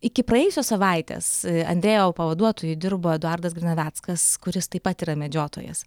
iki praėjusios savaitės andrejevo pavaduotoju dirbo eduardas grinaveckas kuris taip pat yra medžiotojas